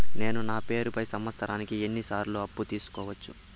నేను నా పేరుపై సంవత్సరానికి ఎన్ని సార్లు అప్పు తీసుకోవచ్చు?